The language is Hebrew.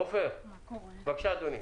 עופר, בבקשה, אדוני.